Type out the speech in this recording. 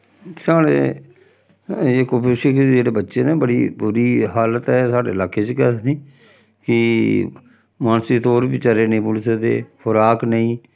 साढ़े एह् कुपोशक जेह्ड़े बच्चे न बड़ी बुरी हालत ऐ साढ़े लाके च गै कि मानसिक तौर बी बचारे निं बोल्ली सकदे खुराक नेईं